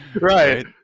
Right